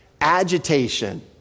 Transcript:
agitation